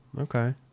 Okay